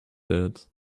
that